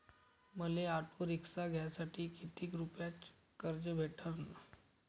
मले auto rickshaw घ्यासाठी कितीक रुपयाच कर्ज भेटनं?